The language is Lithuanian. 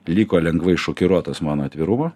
liko lengvai šokiruotas mano atvirumo